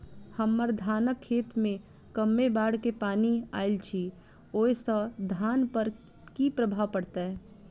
हम्मर धानक खेत मे कमे बाढ़ केँ पानि आइल अछि, ओय सँ धान पर की प्रभाव पड़तै?